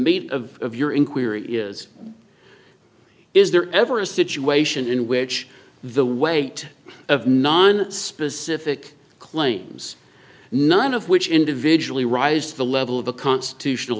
meat of your inquiry is is there ever a situation in which the weight of non specific claims none of which individually rise to the level of a constitutional